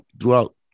throughout